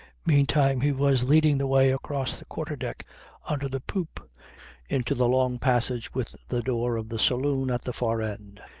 meantime, he was leading the way across the quarter-deck under the poop into the long passage with the door of the saloon at the far end.